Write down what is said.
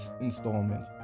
installment